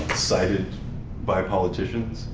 cited by politicians,